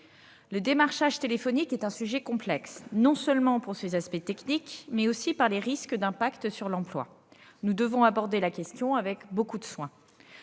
Le démarchage téléphonique est un sujet complexe, non seulement pour ses aspects techniques, mais aussi par les risques d'impact sur l'emploi. Nous devons aborder la question avec beaucoup de soin.